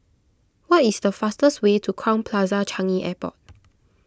what is the fastest way to Crowne Plaza Changi Airport